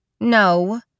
No